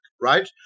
right